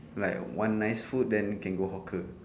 like want nice food then we can go hawker